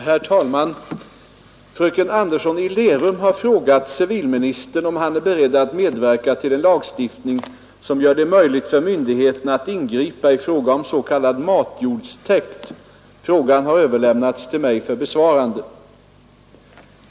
Herr talman! Fröken Anderson i Lerum har frågat civilministern om han är beredd att medverka till en lagstiftning som gör det möjligt för myndigheterna att ingripa i fråga om s.k. matjordstäkt. Frågan har överlämnats till mig för besvarande.